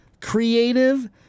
creative